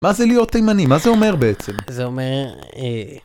מה זה להיות תימני? מה זה אומר בעצם? זה אומר... אה...